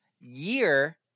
year